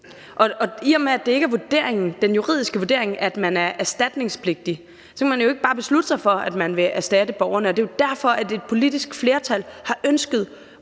I og med at det ikke er den juridiske vurdering, at man er erstatningspligtig, kan man jo ikke bare besluttet sig for, at man vil give erstatning til borgerne. Det er jo derfor, at et politisk flertal ud fra en